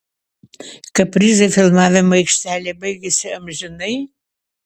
kaprizai filmavimo aikštelėje baigėsi amžinai